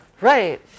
Right